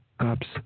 Cops